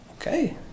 Okay